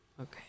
Okay